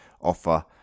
offer